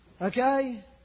Okay